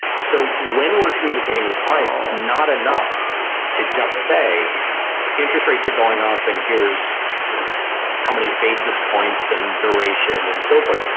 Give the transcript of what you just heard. so, when we're communicating with clients, it's not enough to just say interest rates are going up and here's you know how many basis points and duration and so forth.